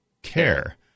Care